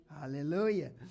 Hallelujah